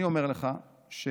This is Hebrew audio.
אני אומר לך שיש